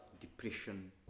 depression